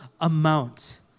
amount